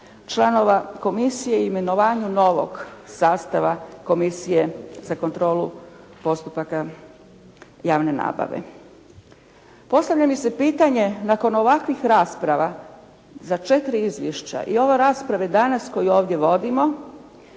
članova komisije i imenovanju novog sastava Komisije za kontrolu postupaka javne nabave. Postavlja mi se pitanje nakon ovakvih rasprava za 4 izvješća i ove rasprave danas koju ovdje vodimo